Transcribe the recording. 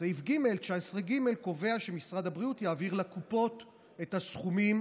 סעיף 19(ג) קובע שמשרד הבריאות יעביר לקופות את הסכומים